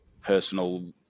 personal